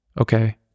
okay